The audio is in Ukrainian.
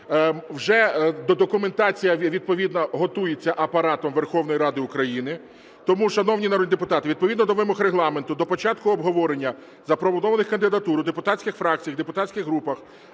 Вже документація відповідно готується Апаратом Верховної Ради України. Тому, шановні народні депутати, відповідно до вимог Регламенту до початку обговорення запропонованих кандидатур у депутатських фракціях, депутатських групах